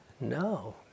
No